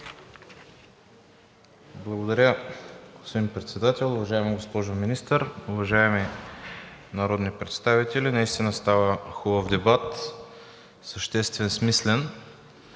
Благодаря, господин Председател. Уважаема госпожо Министър, уважаеми народни представители, наистина става хубав дебат – съществен, смислен,